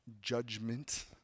judgment